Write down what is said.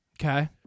Okay